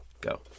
Go